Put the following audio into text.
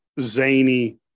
zany